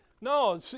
No